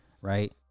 right